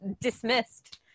dismissed